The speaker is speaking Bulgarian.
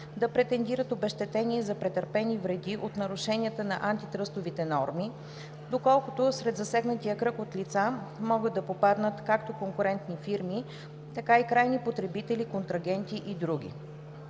да претендират обезщетение за претърпени вреди от нарушенията на антитръстовите норми, доколкото сред засегнатия кръг от лица могат да попаднат както конкурентни фирми, така и крайни потребители, контрагенти и други.